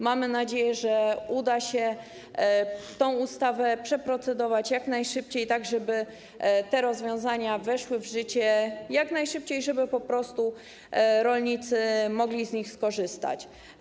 Mamy nadzieję, że uda się tę ustawę przeprocedować jak najszybciej, tak żeby te rozwiązania weszły w życie jak najszybciej i żeby rolnicy mogli z nich skorzystać.